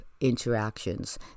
interactions